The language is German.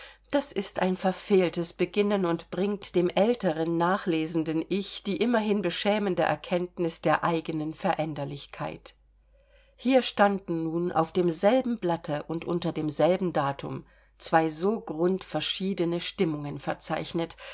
das ist ein verfehltes beginnen und bringt dem älteren nachlesenden ich die immerhin beschämende erkenntnis der eigenen veränderlichkeit hier standen nun auf demselben blatte und unter demselben datum zwei so grundverschiedene stimmungen verzeichnet